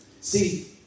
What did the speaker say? See